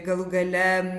galų gale